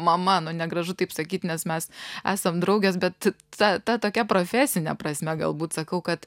mama nu negražu taip sakyt nes mes esam draugės bet ta ta tokia profesine prasme galbūt sakau kad